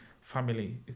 family